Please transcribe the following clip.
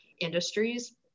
industries